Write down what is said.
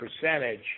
percentage